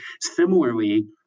similarly